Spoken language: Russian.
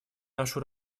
нашу